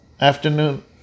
afternoon